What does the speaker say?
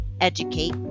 educate